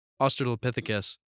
Australopithecus